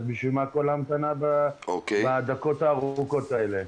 אז בשביל מה כל ההמתנה והדקות הארוכות האלה?